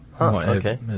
okay